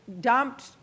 dumped